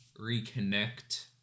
reconnect